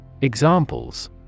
Examples